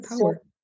power